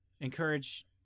Encourage